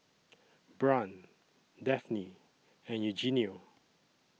Brant Daphne and Eugenio